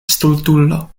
stultulo